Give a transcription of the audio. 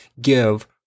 give